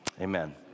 Amen